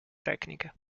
tecnica